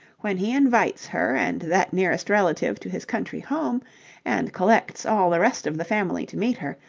when he invites her and that nearest relative to his country home and collects all the rest of the family to meet her,